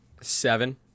Seven